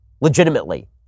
Legitimately